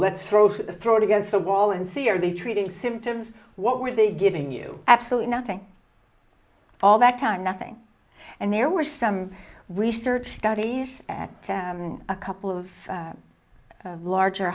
let's throw throw it against the wall and see are they treating symptoms what were they giving you absolutely nothing all that time nothing and there were some research studies at a couple of larger